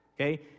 Okay